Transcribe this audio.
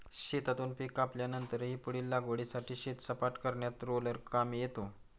शेतातून पीक कापल्यानंतरही पुढील लागवडीसाठी शेत सपाट करण्यात रोलर कामी येतो